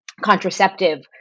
contraceptive